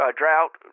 drought